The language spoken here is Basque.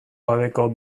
gabeko